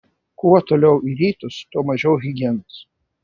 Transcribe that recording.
kuo toliau į rytus tuo mažiau higienos